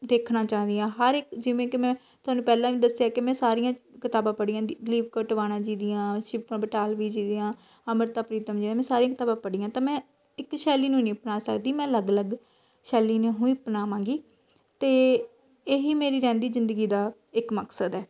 ਦੇਖਣਾ ਚਾਹੁੰਦੀ ਹਾਂ ਹਰ ਇੱਕ ਜਿਵੇਂ ਕਿ ਮੈਂ ਤੁਹਾਨੂੰ ਪਹਿਲਾਂ ਵੀ ਦੱਸਿਆ ਕਿ ਮੈਂ ਸਾਰੀਆਂ ਕਿਤਾਬਾਂ ਪੜ੍ਹੀਆਂ ਦਲੀਪ ਕੌਰ ਟਿਵਾਣਾ ਜੀ ਦੀਆਂ ਸ਼ਿਵ ਕੁਮਾਰ ਬਟਾਲਵੀ ਜੀ ਦੀਆਂ ਅੰਮ੍ਰਿਤਾ ਪ੍ਰੀਤਮ ਜੀ ਦੀਆਂ ਮੈਂ ਸਾਰੀਆਂ ਕਿਤਾਬਾਂ ਪੜ੍ਹੀਆਂ ਤਾਂ ਮੈਂ ਇੱਕ ਸ਼ੈਲੀ ਨੂੰ ਨਹੀਂ ਅਪਣਾ ਸਕਦੀ ਮੈਂ ਅਲੱਗ ਅਲੱਗ ਸ਼ੈਲੀ ਨੂੰ ਹੀ ਆਪਣਾਵਾਂਗੀ ਅਤੇ ਇਹੀ ਮੇਰੀ ਰਹਿੰਦੀ ਜ਼ਿੰਦਗੀ ਦਾ ਇੱਕ ਮਕਸਦ ਹੈ